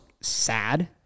sad